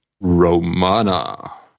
Romana